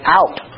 out